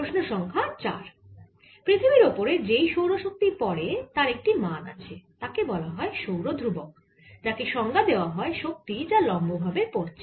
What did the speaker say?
প্রশ্ন সংখ্যা 4 পৃথিবীর ওপরে যেই সৌরশক্তি পড়ে তার একটি মান আছে তাকে বলা হয় সৌর ধ্রুবক যাকে সংজ্ঞা দেওয়া হয় শক্তি যা লম্ব ভাবে পড়ছে